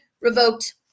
Revoked